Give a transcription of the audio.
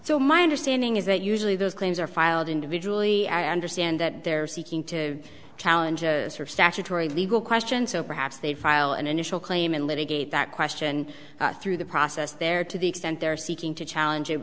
so my understanding is that usually those claims are filed individually and i understand that they're seeking to challenges for statutory legal question so perhaps they file an initial claim in litigate that question through the process there to the extent they're seeking to challenge it